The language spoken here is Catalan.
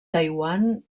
taiwan